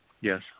Yes